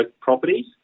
properties